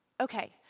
okay